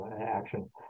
action